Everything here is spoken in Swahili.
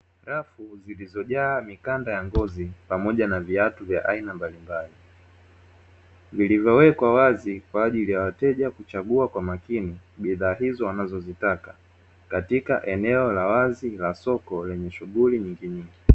Rafu zizojaa mikanda ya ngozi pamoja na viatu vya aina mbalimbali, vilivowekwa wazi kwa ajili ya wateja kuchagu kwa makini bidhaa hizo anazozitaka, katika eneo la wazi la soko lenye shughuli nyinginyingi.